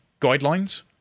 guidelines